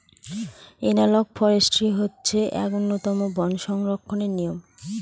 analogue forestry হচ্ছে এক উন্নতম বন সংরক্ষণের নিয়ম